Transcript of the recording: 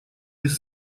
без